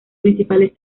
principales